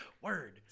word